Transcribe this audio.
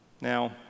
Now